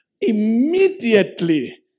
immediately